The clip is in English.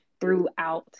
throughout